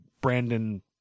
Brandon